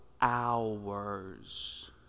hours